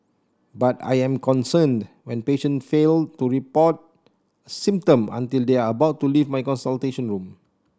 but I am concerned when patients fail to report a symptom until they are about to leave my consultation room